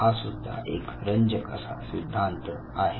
हा सुद्धा एक रंजक असा सिद्धांत आहे